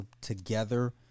together